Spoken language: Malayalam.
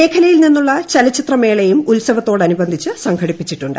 മേഖലയിൽ നിന്നുള്ള ചലച്ചിത്രമേളയും ഉൽസവത്തോടനുബന്ധിച്ച് സംഘടിപ്പിച്ചിട്ടുണ്ട്